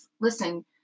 listen